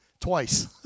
twice